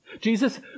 Jesus